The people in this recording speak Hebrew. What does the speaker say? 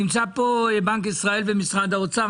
נמצאים פה נציגי בנק ישראל ומשרד האוצר,